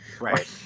Right